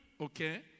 Okay